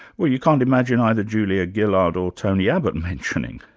well, you can't imagine either julia gillard or tony abbott mentioning.